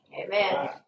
Amen